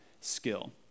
skill